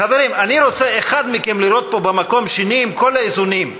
אני גם לא הכרזתי על הדוברים הבאים,